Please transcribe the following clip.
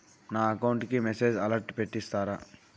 నా అకౌంట్ కి message alert పెట్టిస్తారా